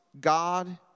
God